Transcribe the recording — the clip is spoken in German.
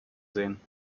sehen